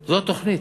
זו התוכנית.